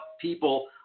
people